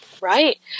Right